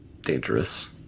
dangerous